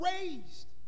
raised